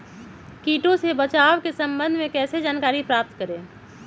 किटो से बचाव के सम्वन्ध में किसी जानकारी प्राप्त करें?